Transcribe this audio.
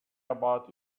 about